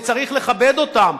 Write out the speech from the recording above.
וצריך לכבד אותן.